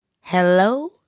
hello